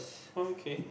oh okay